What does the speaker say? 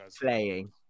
playing –